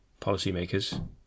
policymakers